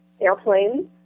airplanes